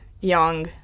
young